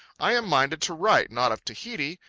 i am minded to write, not of tahiti,